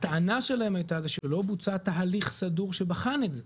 הטענה שלהם הייתה זה שלא בוצע תהליך סדור שבחן את זה.